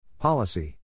Policy